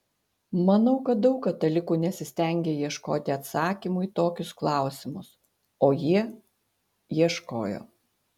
manau kad daug katalikų nesistengia ieškoti atsakymų į tokius klausimus o jie ieškojo